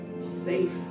safe